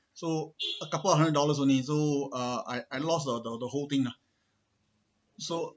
so a couple of hundred dollars only so uh I I lost the the the whole thing lah so